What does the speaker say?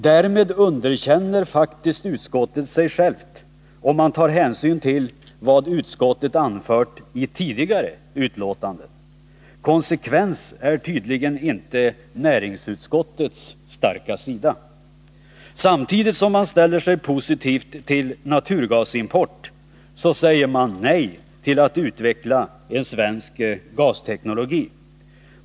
Därmed underkänner faktiskt utskottet sig självt, om man tar hänsyn till vad utskottet anfört i ett tidigare utlåtande. Konsekvens är tydligen inte näringsutskottets starka sida. Samtidigt som man ställer sig positiv till naturgasimport säger man nej till att utveckla en svensk gasteknologi.